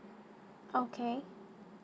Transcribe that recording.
okay